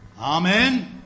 Amen